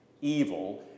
evil